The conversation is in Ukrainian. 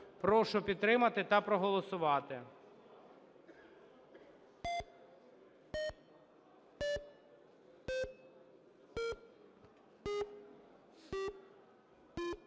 Прошу підтримати та проголосувати.